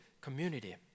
community